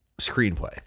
screenplay